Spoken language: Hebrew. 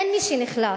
אין מי שנחלץ